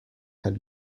had